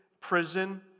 prison